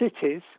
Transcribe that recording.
cities